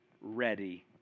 ready